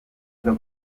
bw’u